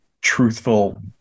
truthful